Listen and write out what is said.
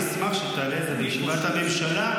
אני אשמח שתעלה את זה בישיבת הממשלה.